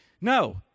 No